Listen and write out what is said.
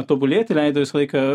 tobulėti leido visą laiką